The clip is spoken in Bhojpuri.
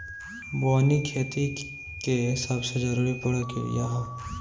बोअनी खेती के सबसे जरूरी प्रक्रिया हअ